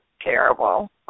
terrible